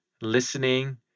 listening